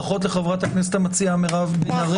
ברכות לחברת הכנסת המציעה מירב בן ארי.